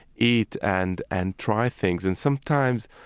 eat and and try things. and sometimes,